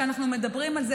כשאנחנו מדברים על זה,